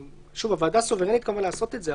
הוועדה סוברנית כמובן לעשות את זה,